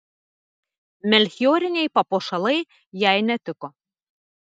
melchioriniai papuošalai jai netiko